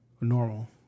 normal